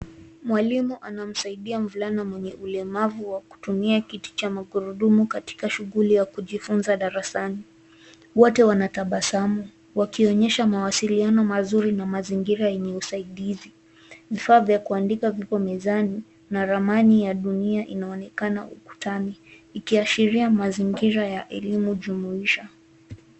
Mwalimu anamsaidia mvulana mwenye ulemavu wa kutumia kiti cha magurudumu katika shuguli ya kujifunza darasani. Wote wanatabasamu, wakionyesha mawasiliano mazuri na mazingira yenye usaidizi. Vifaa vya kuandika viko mezani na ramani ya dunia inaonekana ukutani ikiashiria mazingira ya elimu jumuisha.